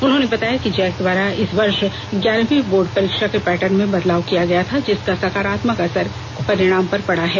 उन्होंने बताया कि जैक द्वारा इस वर्ष ग्यारहवीं बोर्ड परीक्षा के पैर्टन में बदलाव किया गया था जिसका सकारात्मक असर परिणाम पर पडा है